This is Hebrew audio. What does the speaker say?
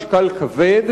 משקל כבד,